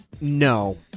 no